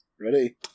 Ready